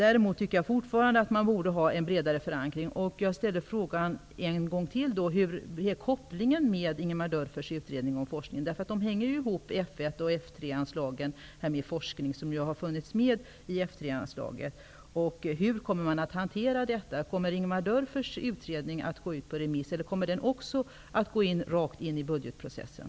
Jag tycker dock fortfarande att man borde ha en bredare förankring och ställer därför frågan en gång till: Hur ser kopplingen med Ingemar Dörfers utredning om forskning ut? F 1-anslaget och F 3-anslaget hänger ju ihop med forskning som har funnits med i F 3 anslaget. Hur kommer detta att hanteras? Kommer Ingemar Dörfers utredning att gå ut på remiss, eller kommer den också att gå rakt in i budgetprocessen?